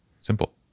Simple